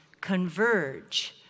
converge